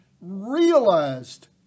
realized